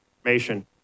information